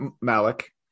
malik